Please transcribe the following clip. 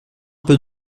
peu